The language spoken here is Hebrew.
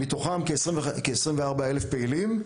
מתוכם כ-24 אלף פעילים.